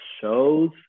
shows